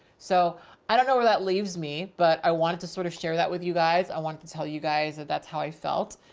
so i don't know where that leaves me, but i wanted to sort of share that with you guys. i want to tell you guys that that's how i felt.